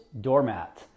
doormat